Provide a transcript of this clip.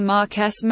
Marques